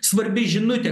svarbi žinutė